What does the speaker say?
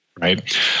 Right